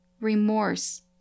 remorse